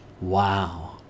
Wow